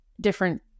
different